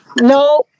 No